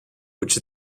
which